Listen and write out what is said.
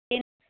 ஏ